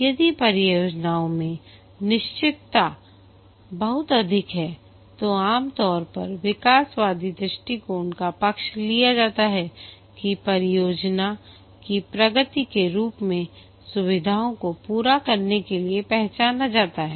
यदि परियोजना में अनिश्चितता बहुत अधिक है तो आमतौर पर विकासवादी दृष्टिकोण का पक्ष लिया जाता है कि परियोजना की प्रगति के रूप में सुविधाओं को पूरा करने के लिए पहचाना जाता है